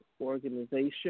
organization